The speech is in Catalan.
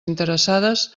interessades